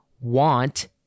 want